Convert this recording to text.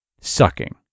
Sucking